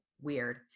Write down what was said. weird